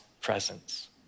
presence